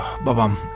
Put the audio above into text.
Babam